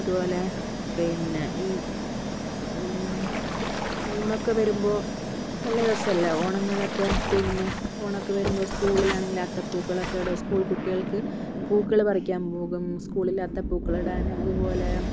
അതുപോലെ പിന്നെ ഈ മ് ഓണമൊക്കെ വരുമ്പോൾ നല്ല രസമല്ലേ ഓണങ്ങളൊക്കെ പിന്നെ ഓണമൊക്കെ വരുമ്പോൾ സ്കൂളിലാണെങ്കിൽ അത്തപൂക്കളം ഒക്കെ ഇടും സ്കൂൾ കുട്ടികൾക്ക് പൂക്കൾ പറിക്കാൻ പോകും സ്കൂളിൽ അത്തപൂക്കളം ഇടാൻ അതുപോലെ